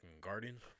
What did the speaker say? Guardians